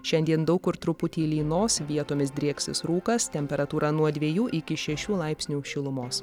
šiandien daug kur truputį lynos vietomis drieksis rūkas temperatūra nuo dviejų iki šešių laipsnių šilumos